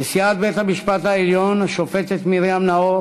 נשיאת בית-המשפט העליון השופטת מרים נאור